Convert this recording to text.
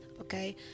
okay